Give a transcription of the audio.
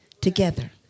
together